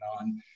on